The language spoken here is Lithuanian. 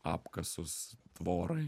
apkasus tvorai